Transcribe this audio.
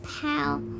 pal